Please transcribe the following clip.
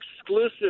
exclusive